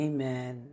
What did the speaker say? Amen